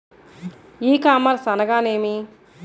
ఈ కామర్స్ అనగానేమి?